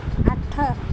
ଆଠ